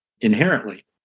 inherently